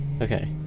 Okay